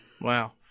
Wow